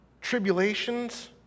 tribulations